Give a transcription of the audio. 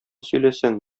сөйләсәң